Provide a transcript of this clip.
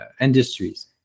industries